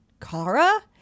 Kara